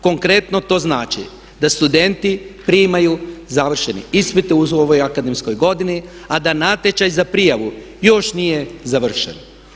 Konkretno to znači da studenti primaju završene ispite u ovoj akademskoj godini a da natječaj za prijavu još nije završen.